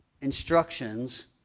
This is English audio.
instructions